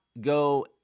go